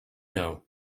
know